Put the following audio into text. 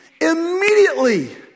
immediately